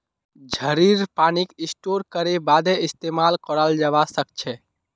झड़ीर पानीक स्टोर करे बादे इस्तेमाल कराल जबा सखछे